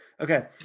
Okay